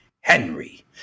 Henry